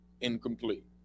incomplete